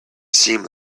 seems